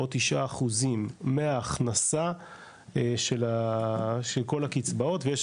או תשעה אחוזים מההכנסה של כל הקצבאות ויש